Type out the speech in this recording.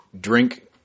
Drink